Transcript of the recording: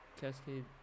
Cascade